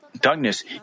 darkness